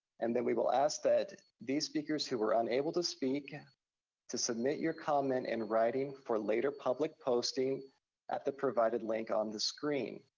and then we will ask that these speakers who were unable to speak to submit your comment in writing for later public posting at the provided link on the screen.